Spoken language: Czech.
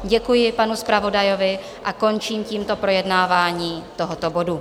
Děkuji panu zpravodajovi a končím tímto projednávání tohoto bodu.